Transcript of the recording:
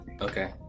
Okay